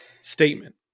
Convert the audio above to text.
statement